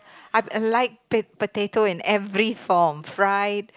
I've and liked p~ potato in every form fried